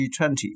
G20